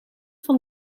van